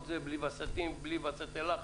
בלי וסתי לחץ?